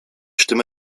stimme